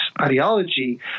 ideology